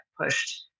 pushed